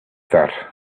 that